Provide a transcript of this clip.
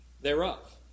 thereof